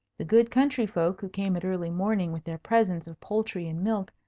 the good country folk, who came at early morning with their presents of poultry and milk,